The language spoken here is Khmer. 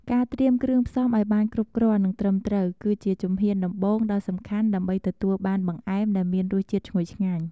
ការត្រៀមគ្រឿងផ្សំឱ្យបានគ្រប់គ្រាន់ និងត្រឹមត្រូវ គឺជាជំហានដំបូងដ៏សំខាន់ដើម្បីទទួលបានបង្អែមដែលមានរសជាតិឈ្ងុយឆ្ងាញ់។